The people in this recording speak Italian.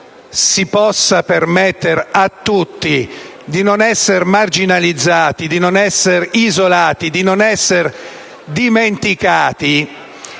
si possa permettere a tutti di non essere marginalizzati, di non essere isolati o dimenticati,